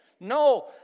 No